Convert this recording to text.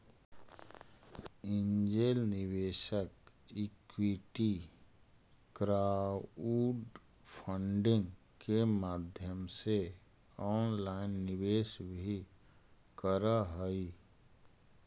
angel निवेशक equity crowdfunding के माध्यम से ऑनलाइन निवेश भी करऽ हइ